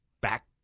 back